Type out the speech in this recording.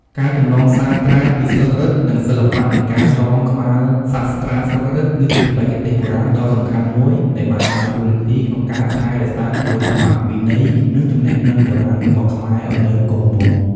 ការចម្លងសាត្រាពីស្លឹករឹត និងសិល្បៈនៃការចងក្បាលសាស្រ្តាស្លឹករឹត គឺជាបច្ចេកទេសបុរាណដ៏សំខាន់មួយដែលបានដើរតួនាទីក្នុងការថែរក្សាក្បួនច្បាប់ វិន័យ និងចំណេះដឹងបុរាណរបស់ខ្មែរឲ្យនៅគង់វង្ស។